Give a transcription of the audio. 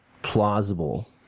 Plausible